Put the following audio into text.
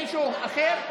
מישהו אחר?